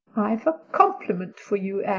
i've a compliment for you, anne,